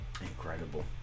Incredible